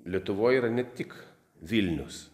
lietuvoj yra ne tik vilnius